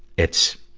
it's,